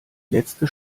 letzte